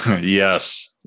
Yes